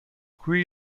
qui